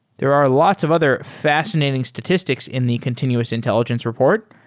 there are lots of other fascinating statistics in the continuous intelligence report,